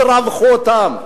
תרווחו להם.